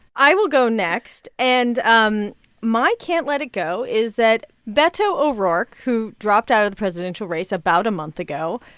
i will go next, and um my can't let it go is that beto o'rourke, who dropped out of the presidential race about a month ago,